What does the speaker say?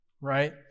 right